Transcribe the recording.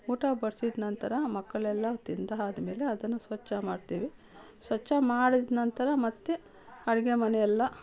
ಊಟ ಬಡ್ಸಿದ ನಂತರ ಮಕ್ಕಳೆಲ್ಲ ತಿಂದಾದ ಮೇಲೆ ಅದನ್ನು ಸ್ವಚ್ಛ ಮಾಡ್ತೀವಿ ಸ್ವಚ್ಛ ಮಾಡಿದ ನಂತರ ಮತ್ತೆ ಅಡುಗೆ ಮನೆಯೆಲ್ಲ